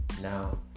Now